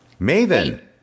Maven